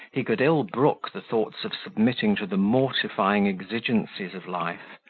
he could ill brook the thoughts of submitting to the mortifying exigencies of life.